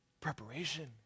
preparation